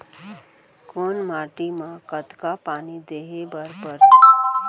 कोन माटी म कतका पानी देहे बर परहि?